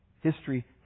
History